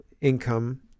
income